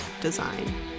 design